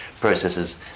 processes